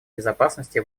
безопасности